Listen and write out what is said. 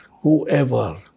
whoever